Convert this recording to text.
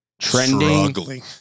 trending